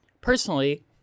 Personally